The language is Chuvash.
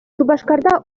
шупашкарта